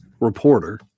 reporter